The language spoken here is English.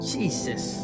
Jesus